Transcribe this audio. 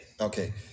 Okay